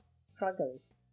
struggles